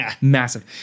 massive